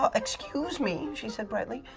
um excuse me, she said brightly,